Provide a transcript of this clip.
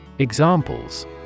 Examples